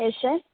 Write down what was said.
yes sir